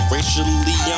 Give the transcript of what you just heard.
Racially